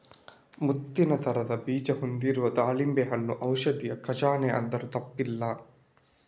ಮುತ್ತಿನ ತರದ ಬೀಜ ಹೊಂದಿರುವ ದಾಳಿಂಬೆ ಹಣ್ಣು ಔಷಧಿಯ ಖಜಾನೆ ಅಂದ್ರೂ ತಪ್ಪಲ್ಲ